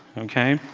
ok.